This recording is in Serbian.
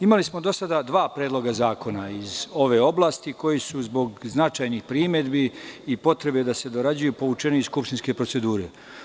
Imali smo do sada dva predloga zakona iz ove oblasti, koji su zbog značajnih primedbi i potrebe da se dorađuju, povučeni iz skupštine procedure.